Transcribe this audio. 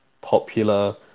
popular